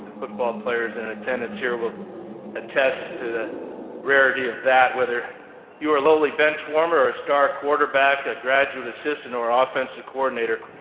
football players in attendance here will attest to the rarity of that, whether you are a lowly bench warmer or a star quarterback, a graduate assistant or an ah offensive coordinator,